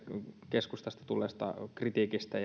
keskustasta tulleesta kritiikistä